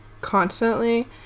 constantly